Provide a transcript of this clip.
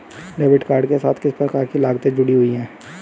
Debit card के साथ किस प्रकार की लागतें जुड़ी हुई हैं?